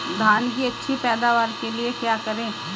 धान की अच्छी पैदावार के लिए क्या करें?